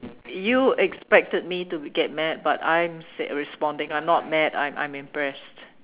you expected me to be get mad but I'm responding I'm not mad I'm I'm impressed